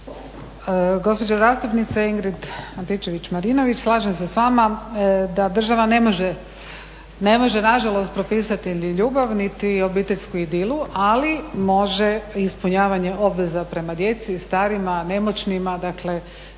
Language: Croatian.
Gospođo zastupnice Ingrid Antičević-Marinović slažem se sa vama da država ne može na žalost propisati ni ljubav, niti obiteljsku idilu ali može ispunjavanje obveza prema djeci, starima, nemoćnima. Dakle,